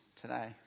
today